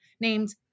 named